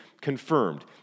confirmed